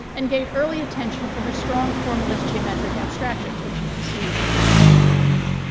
and gained early attention for her strong formalist geometric abstractions. which you can see in that image.